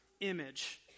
image